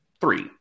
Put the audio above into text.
three